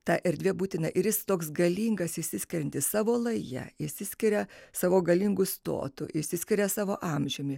tą erdvė būtina ir jis toks galingas išsiskirianti savo laja išsiskiria savo galingu stotu išsiskiria savo amžiumi